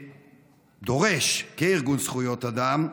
דורש, כארגון זכויות אדם,